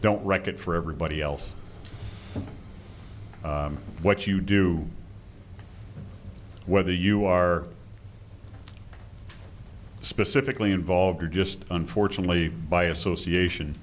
don't wreck it for everybody else and what you do whether you are specifically involved or just unfortunately by association